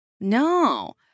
No